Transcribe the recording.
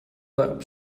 warp